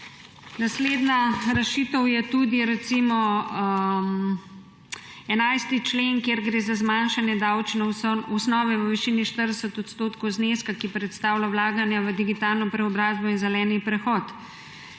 Naslednja rešitev je tudi recimo 11. člen, kjer gre za zmanjšanje davčne osnove v višini 40 % zneska, ki predstavlja vlaganja v digitalno preobrazbo in zeleni prehod,